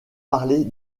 parler